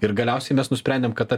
ir galiausiai mes nusprendėm kad ta